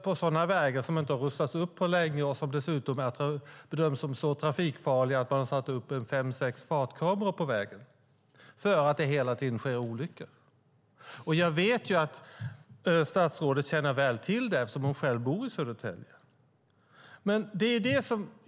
Då är det fråga om vägar som inte har rustats upp på länge och som dessutom bedöms som så trafikfarliga att man har satt upp fem sex fartkameror på vägen, eftersom det hela tiden sker olyckor. Jag vet att statsrådet känner till detta väl; hon bor själv i Södertälje.